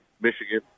Michigan